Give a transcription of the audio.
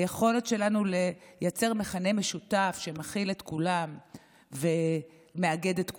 היכולת שלנו לייצר מכנה משותף שמכיל את כולם ומאגד את כולם.